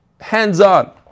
hands-on